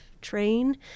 train